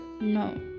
no